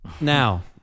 Now